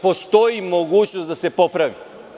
Postoji mogućnost da se popravi.